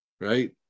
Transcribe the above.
right